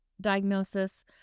diagnosis